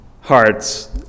hearts